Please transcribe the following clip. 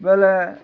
ବଲେ